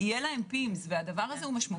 יהיה להם PIMS וזה משמעותי,